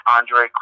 Andre